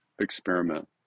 experiment